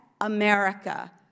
America